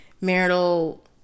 marital